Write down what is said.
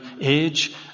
age